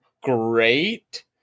great